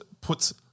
puts